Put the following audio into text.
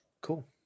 Cool